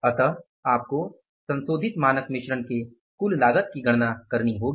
अतः आपको संशोधित मानक मिश्रण के कुल लागत की गणना करनी होगी